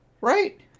Right